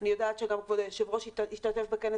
אני יודעת שגם כבוד היושב-ראש השתתף בכנס